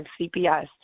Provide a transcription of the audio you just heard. CPS